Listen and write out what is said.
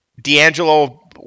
D'Angelo